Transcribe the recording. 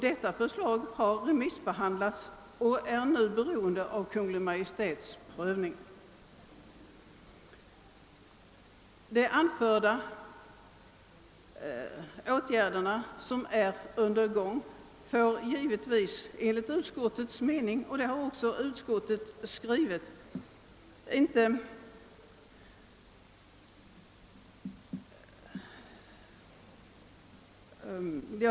Det förslag som utarbetats i detta avseende har remissbehandlats och är nu beroende av Kungl. Maj:ts prövning.